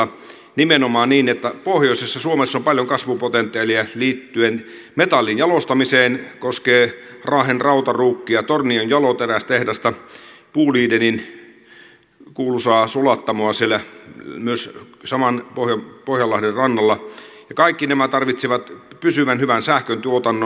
on nimenomaan niin että pohjoisessa suomessa on paljon kasvupotentiaalia liittyen metallin jalostamiseen koskee raahen rautaruukkia tornion jaloterästehdasta bolidenin kuuluisaa sulattamoa myös siellä saman pohjanlahden rannalla ja kaikki nämä tarvitsevat pysyvän hyvän sähköntuotannon